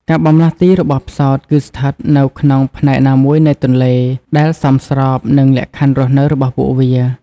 ការបម្លាស់ទីរបស់ផ្សោតគឺស្ថិតនៅក្នុងផ្នែកណាមួយនៃទន្លេ ដែលសមស្របនឹងលក្ខខណ្ឌរស់នៅរបស់ពួកវា។